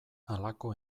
halako